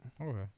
Okay